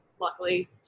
luckily